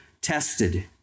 tested